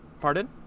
Pardon